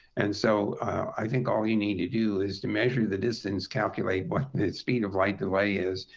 and so i think all you need to do is to measure the distance, calculate what the speed of light delay is,